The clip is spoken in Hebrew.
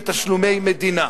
תשלומי מדינה.